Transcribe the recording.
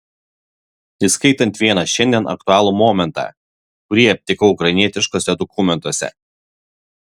įskaitant vieną šiandien aktualų momentą kurį aptikau ukrainietiškuose dokumentuose